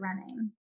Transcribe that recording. running